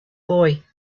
boy